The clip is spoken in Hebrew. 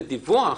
בדיווח,